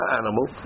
animal